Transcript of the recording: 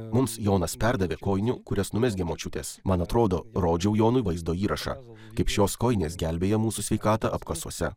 mums jonas perdavė kojinių kurias numezgė močiutės man atrodo rodžiau jonui vaizdo įrašą kaip šios kojinės gelbėja mūsų sveikatą apkasuose